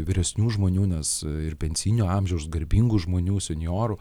vyresnių žmonių nes ir pensinio amžiaus garbingų žmonių senjorų